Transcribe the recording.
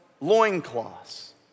loincloths